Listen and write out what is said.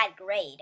grade